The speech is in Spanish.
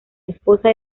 esposa